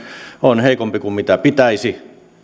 on heikompi kuin mitä pitäisi